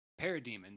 parademons